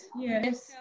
yes